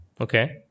Okay